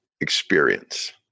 experience